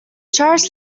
charles